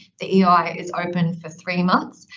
the eoi is open for three months,